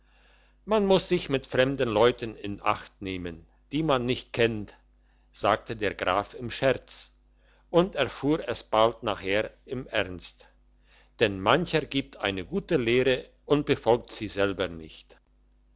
man muss sich mit fremden leuten in acht nehmen die man nicht kennt sagte der graf im scherz und erfuhr es bald nachher im ernst denn mancher gibt eine gute lehre und befolgt sie selber nicht